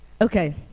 Okay